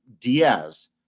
Diaz